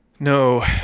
No